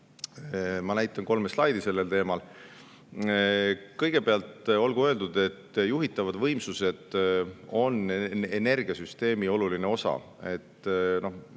Ma näitan kolme slaidi selle teema kohta. Kõigepealt olgu öeldud, et juhitavad võimsused on energiasüsteemi oluline osa.